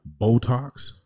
Botox